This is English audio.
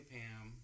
Pam